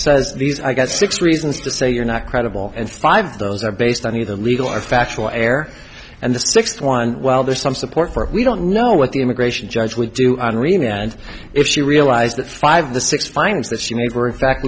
says these i got six reasons to say you're not credible and five those are based on either legal or factual error and the sixth one well there's some support for we don't know what the immigration judge would do on rina and if she realized that five